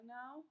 now